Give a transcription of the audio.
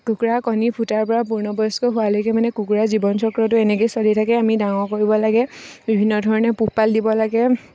কুকুৰাৰ কণী ফুটাৰ পৰা পূৰ্ণবয়স্ক হোৱালৈকে মানে কুকুৰাৰ জীৱন চক্ৰটো এনেকৈ চলি থাকে আমি ডাঙৰ কৰিব লাগে বিভিন্ন ধৰণে পোহপাল দিব লাগে